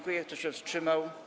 Kto się wstrzymał?